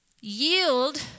yield